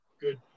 good